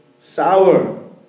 sour